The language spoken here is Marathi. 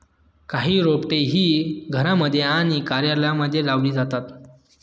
काही रोपटे ही घरांमध्ये आणि कार्यालयांमध्ये लावली जातात